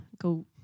go